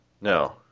No